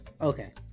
Okay